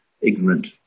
ignorant